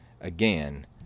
again